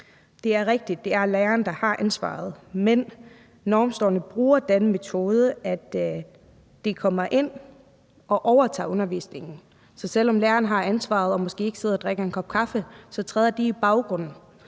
Det er rigtigt, at det er læreren, der har ansvaret. Men Normstormerne bruger den metode, at de kommer ind og overtager undervisningen. Så selv om læreren har ansvaret og måske ikke sidder og drikker en kop kaffe, træder læreren i baggrunden,